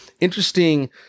interesting